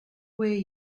way